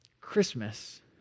Christmas